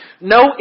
No